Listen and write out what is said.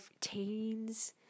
teens